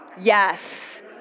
Yes